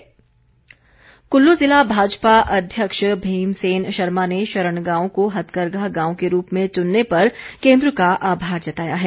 आभार कुल्लू ज़िला भाजपा अध्यक्ष भीमसेन शर्मा ने शरण गांव को हथकरघा गांव के रूप में चुनने पर केन्द्र का आभार जताया है